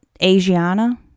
Asiana